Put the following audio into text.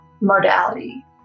modality